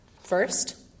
First